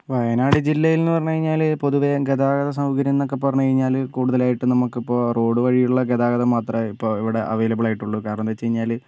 വയനാട് ജില്ലയിൽന്ന് പറഞ്ഞാൽ കഴിഞ്ഞാൽ പൊതുവേ ഗതാഗത സൗകര്യംന്നൊക്കെ പറഞ്ഞുകഴിഞ്ഞാൽ കൂടുതലായിട്ട് നമുക്കിപ്പോൾ റോഡ് വഴിയുള്ള ഗതാഗതം മാത്രമേ ഇപ്പോൾ ഇവിടെ അവൈലബിളായിട്ടുള്ളു കാരണം എന്താ വെച്ചുകഴിഞ്ഞാൽ